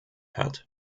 hat